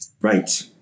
Right